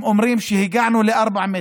הם אומרים, הגענו ל-4 מ"ר,